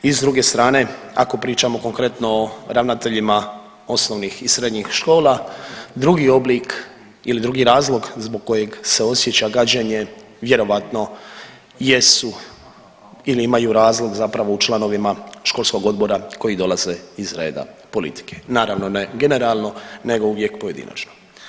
I s druge strane ako pričamo konkretno o ravnateljima osnovnih i srednjih škola, drugi oblik ili drugi razlog zbog kojeg se osjeća gađenje vjerojatno jesu ili imaju razlog zapravo u članovima školskog odbora koji dolaze iz reda politike, naravno ne generalno nego uvijek pojedinačno.